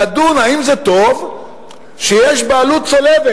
נדון האם זה טוב שיש בעלות צולבת.